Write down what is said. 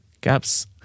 gaps